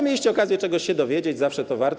Mieliście okazję czegoś się dowiedzieć, zawsze to warto.